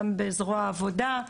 גם בזרוע העבודה,